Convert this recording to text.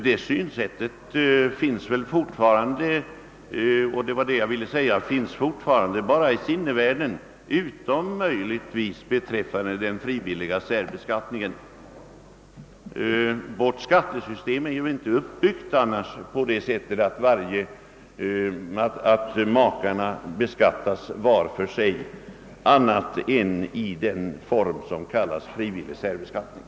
Det synsättet finns väl fortfarande endast i sinnevärlden och möjligtvis beträffande den frivilliga särsbeskattningen. Vårt skattesystem är ju inte uppbyggt på det sättet att makarna beskattas var för sig annat än i den form som kallas för frivillig särbeskattning.